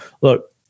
look